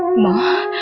my